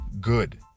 good